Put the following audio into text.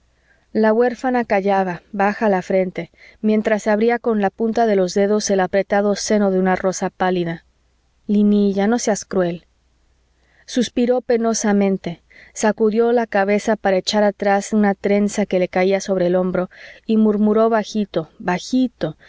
la huérfana callaba baja la frente mientras abría con la punta de los dedos el apretado seno de una rosa pálida linilla no seas cruel suspiró penosamente sacudió la cabeza para echar hacia atrás una trenza que le caía sobre el hombro y murmuró bajito bajito